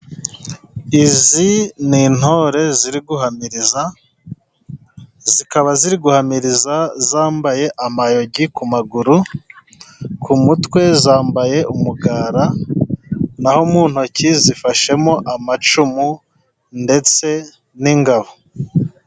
Izi ni intore ziri guhamiriza, zikaba ziri guhamiriza zambaye amayogi ku maguru, ku mutwe zambaye umugara, naho mu ntoki zifashemo amacumu ndetse n'ingabo.